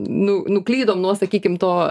nu nuklydom nuo sakykim to